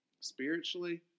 spiritually